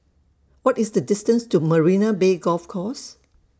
What IS The distance to Marina Bay Golf Course